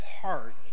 heart